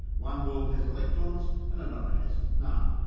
one world has electrons, and another has none.